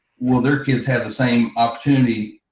will their kids have the same opportunity,